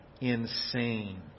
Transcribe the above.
insane